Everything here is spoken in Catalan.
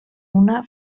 una